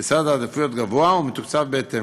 במקום גבוה בסדר העדיפויות ומתוקצב בהתאם.